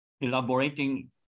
elaborating